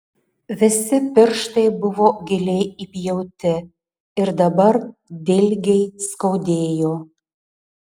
visi pirštai buvo giliai įpjauti ir dabar dilgiai skaudėjo